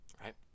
Right